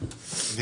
הדבר השני,